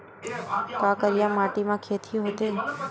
का करिया माटी म खेती होथे?